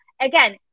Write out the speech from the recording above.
again